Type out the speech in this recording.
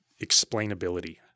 explainability